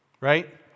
right